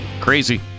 Crazy